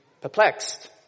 perplexed